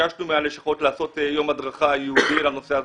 ביקשנו מהלשכות לעשות יום הדרכה ייעודי לנושא הזה.